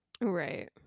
Right